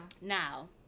Now